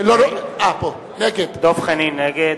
נגד